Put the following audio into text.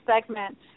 segment